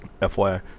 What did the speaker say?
FYI